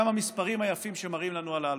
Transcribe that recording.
גם המספרים היפים שמראים לנו על ההלוואות,